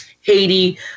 Haiti